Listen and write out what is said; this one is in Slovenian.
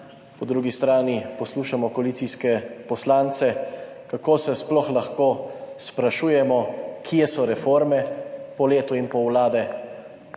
Po drugi strani poslušamo koalicijske poslance, kako se sploh lahko sprašujemo, kje so reforme po letu in pol vlade,